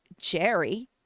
Jerry